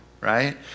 right